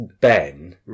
Ben